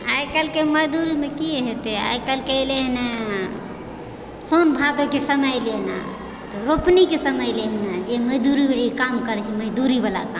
आइ काल्हिके मजदूरमे की हेतय आइ काल्हिके एलय हइ ने सोन भादोके समय एलय तऽ रोपनीके समय एलय एनअऽ जे मजदूर ई काम करय छै मजदूरीवला काम